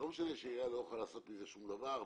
לא משנה שהעירייה לא יכולה לעשות עם זה שום דבר.